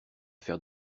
faire